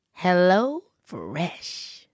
HelloFresh